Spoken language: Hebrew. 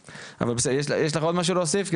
אבל בסדר, יש לך עוד משהו להוסיף?